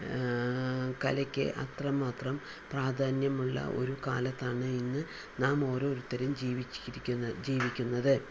കലക്ക് അത്ര മാത്രം പ്രാധാന്യമുള്ള ഒരു കാലത്താണ് ഇന്ന് നാം ഓരോരുത്തരും ജീവിച്ചിരിക്കുന്ന ജീവിക്കുന്നത്